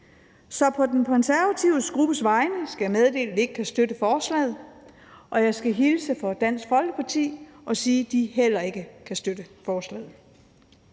Så på den konservative gruppes vegne skal jeg meddele, at vi ikke kan støtte forslaget, og jeg skal hilse fra Dansk Folkeparti og sige, at de heller ikke kan støtte forslaget.